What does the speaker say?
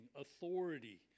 authority